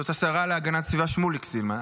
זאת השרה להגנת הסביבה שמוליק סילמן.